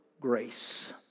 grace